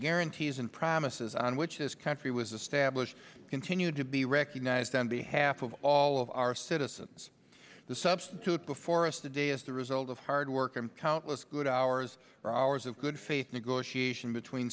guarantees and promises on which this country was established continue to be recognized on behalf of all of our citizens the substitute before us today is the result of hard work and countless good hours and hours of good faith negotiation between